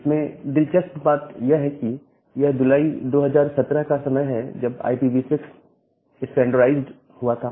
इसमें दिलचस्प बात यह है कि यह जुलाई 2017 का समय है जब IPv6 स्टैंडर्डाइज्ड हुआ था